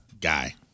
guy